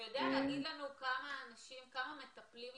אתה יודע להגיד לנו כמה מטפלים יש,